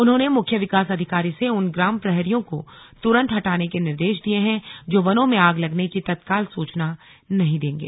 उन्होंने मुख्य विकास अधिकारी से उन ग्राम प्रहरियों को तुरंत हटाने के निर्देश दिये हैं जो वनों में आग लगने की तत्काल सूचना नहीं देंगे